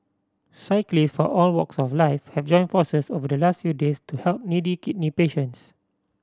cyclist from all walks of life have joined forces over the last few days to help needy kidney patients